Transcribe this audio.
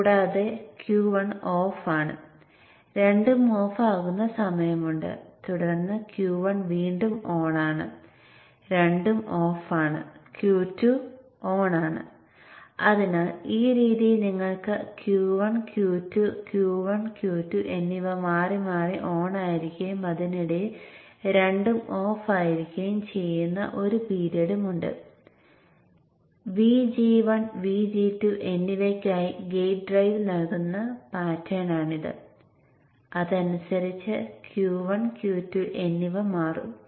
കൂടാതെ Q1 off സ്റ്റേറ്റിൽ Vin - Vin 2 Vin 2 എന്നും രണ്ടും ഓഫായിരിക്കുന്ന സമയത്ത് Vin 2 എന്നിവ കാണും